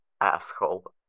Asshole